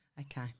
Okay